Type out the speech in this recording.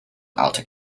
alta